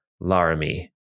Laramie